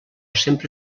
sempre